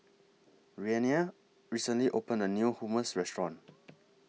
Renea recently opened A New Hummus Restaurant